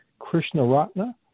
Krishnaratna